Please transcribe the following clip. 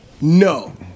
No